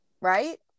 Right